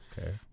Okay